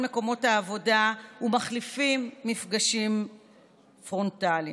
מקומות העבודה ומחליפים מפגשים פרונטליים.